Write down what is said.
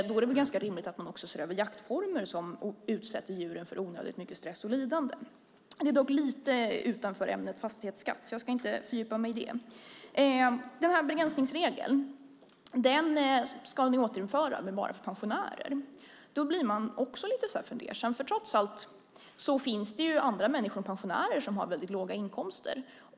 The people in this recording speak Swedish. Då är det väl ganska rimligt att man också ser över jaktformer som utsätter djuren för onödigt mycket stress och lidande. Det är dock lite utanför ämnet fastighetsskatt så jag ska inte fördjupa mig i det. Begränsningsregeln ska ni återinföra, men bara för pensionärer. Då blir man också lite fundersam. Trots allt finns det andra människor än pensionärer som har väldigt låga inkomster.